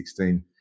2016